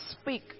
speak